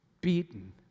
beaten